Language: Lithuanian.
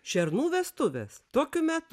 šernų vestuvės tokiu metu